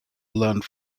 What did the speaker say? learned